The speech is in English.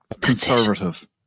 conservative